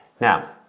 Now